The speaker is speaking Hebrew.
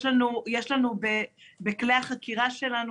יש לנו בכלי החקירה שלנו,